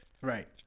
right